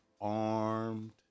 armed